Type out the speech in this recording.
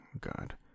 God